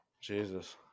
Jesus